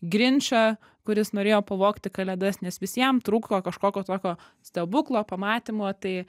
grinčą kuris norėjo pavogti kalėdas nes visiem trūko kažkokio tokio stebuklo pamatymo tai